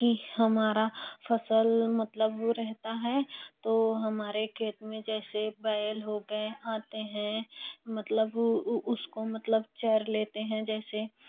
की हमारा फ़सल मतलब रहता है तो हमारे खेत में जैसे बैल हो गए आते है मतलब उ उसको मतलब चर लेते है जैसे